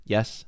Yes